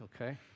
okay